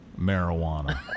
marijuana